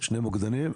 שני מוקדנים.